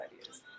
ideas